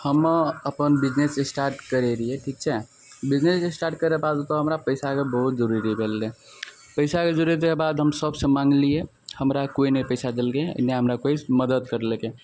हम अपन business start करै रहिए ठीक छै बिजनेस जे इस्टार्ट करैके बाद ओतऽ हमरा पइसाके बहुत जरूरी पड़लै पइसाके जरूरत जादा तऽ हम सभसे माँगलिए हमरा कोइ नहि पइसा देलकै नहि हमरा कोइ मदद करलकै